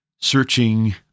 searching